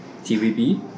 TVB